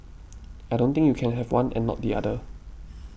I don't think you can have one and not the other